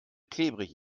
klebrig